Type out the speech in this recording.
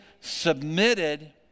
submitted